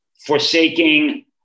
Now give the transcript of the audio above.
forsaking